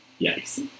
Yes